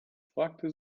fragte